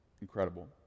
incredible